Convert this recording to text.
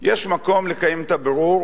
יש מקום לקיים את הבירור,